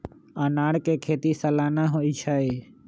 अनारकें खेति सलाना होइ छइ